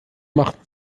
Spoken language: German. machten